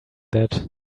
that